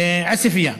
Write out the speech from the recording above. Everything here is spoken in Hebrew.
עוספיא,